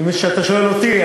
כשאתה שואל אותי,